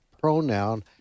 pronoun